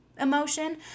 emotion